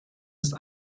ist